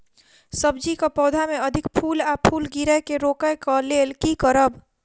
सब्जी कऽ पौधा मे अधिक फूल आ फूल गिरय केँ रोकय कऽ लेल की करब?